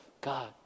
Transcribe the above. God